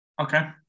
Okay